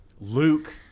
Luke